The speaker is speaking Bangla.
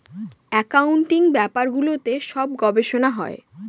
একাউন্টিং ব্যাপারগুলোতে সব গবেষনা হয়